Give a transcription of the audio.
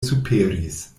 superis